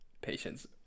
Patience